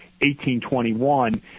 1821